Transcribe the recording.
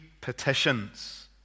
petitions